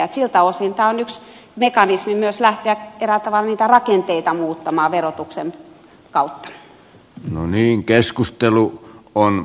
siltä osin tämä on yksi mekanismi myös lähteä eräällä tavalla niitä rakenteita muuttamaan verotuksen kautta